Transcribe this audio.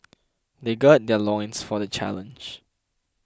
they gird their loins for the challenge